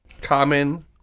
common